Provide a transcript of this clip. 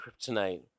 kryptonite